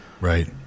Right